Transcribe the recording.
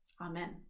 Amen